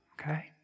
okay